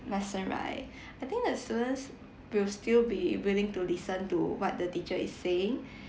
lesson right I think the students will still be willing to listen to what the teacher is saying